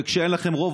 וכשאין לכם רוב,